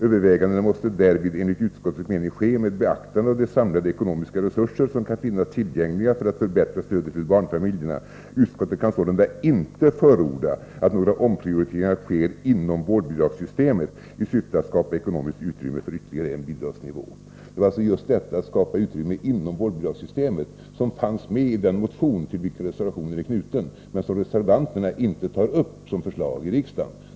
Övervägandena måste därvid enligt utskottets mening ske med beaktande av de samlade ekonomiska resurser som kan finnas tillgängliga för att förbättra stödet till barnfamiljerna. Utskottet kan sålunda inte förorda att några omprioriteringar sker inom vårdbidragssystemet i syfte att skapa ekonomiskt utrymme för ytterligare en bidragsnivå.” Det var alltså just detta att skapa utrymme inom vårdbidragssystemet som fanns med i den motion till vilken reservationen är knuten men som reservanterna inte tar upp som förslag i riksdagen.